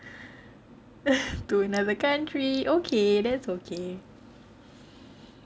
to another country okay that's okay